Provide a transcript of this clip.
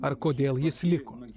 ar kodėl jis liko